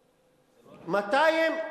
200,